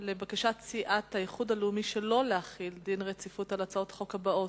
לבקשת סיעת האיחוד הלאומי שלא להחיל דין רציפות על הצעות החוק הבאות: